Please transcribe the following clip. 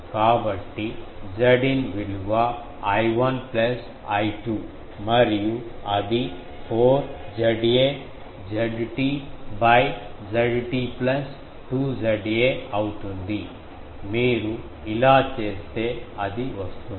కాబట్టి Zin విలువ I1 plus I2 మరియు అది 4 Za Zt by Zt plus 2 Za అవుతుంది మీరు ఇలా చేస్తే అది వస్తుంది